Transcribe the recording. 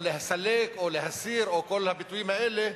או לסלק, או להסיר, או כל הביטויים האלה,